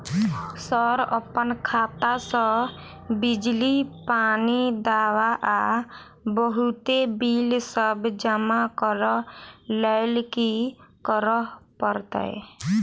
Sir अप्पन खाता सऽ बिजली, पानि, दवा आ बहुते बिल सब जमा करऽ लैल की करऽ परतै?